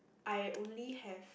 I only have